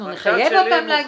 אנחנו נחייב אותם להגיע.